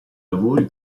lavori